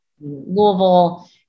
Louisville